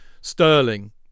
Sterling